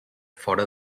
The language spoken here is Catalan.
fora